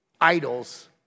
idols